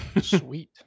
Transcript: Sweet